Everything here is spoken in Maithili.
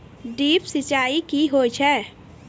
ड्रिप सिंचाई कि होय छै?